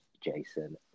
Jason